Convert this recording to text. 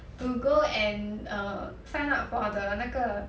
to go and err sign up for the 那个